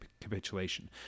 capitulation